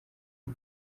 w’u